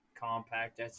compact